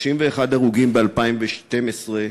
31 הרוגים ב-2012,